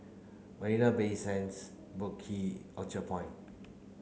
Marina Bay Sands Boat Orchard Point